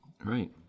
Right